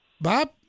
Bob